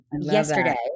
yesterday